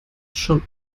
schon